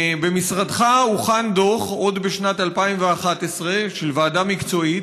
במשרד הוכן דוח, עוד בשנת 2011, של ועדה מקצועית